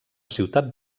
ciutat